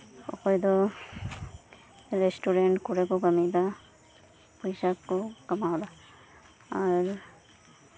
ᱚᱠᱚᱭ ᱫᱚ ᱨᱮᱥᱴᱩᱨᱮᱱᱴ ᱠᱚᱨᱮ ᱠᱚ ᱠᱟᱹᱢᱤᱭ ᱫᱟ ᱯᱚᱭᱥᱟ ᱠᱚ ᱠᱟᱢᱟᱣ ᱫᱟ ᱟᱨ